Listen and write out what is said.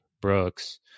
Brooks